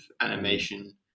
animation